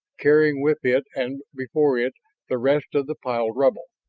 carrying with it and before it the rest of the piled rubble.